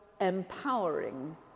empowering